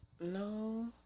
No